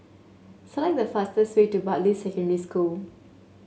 select the fastest way to Bartley Secondary School